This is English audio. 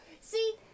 see